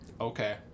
Okay